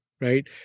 right